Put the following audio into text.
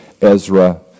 Ezra